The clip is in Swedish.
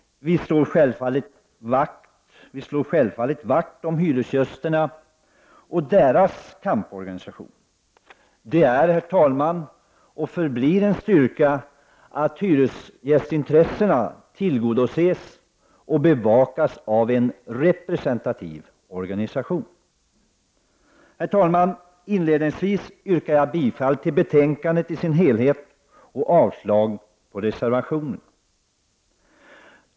Vi slår självfallet vakt om hyresgästerna och deras kamporganisation. Det är och förblir en styrka att hyresgästintressena tillgodoses och bevakas av en representativ organisation. Herr talman! Inledningsvis yrkar jag bifall till betänkandet i dess helhet och avslag på reservationerna.